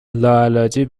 لاعلاجی